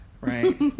right